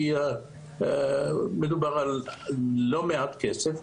כי מדובר על לא מעט כסף,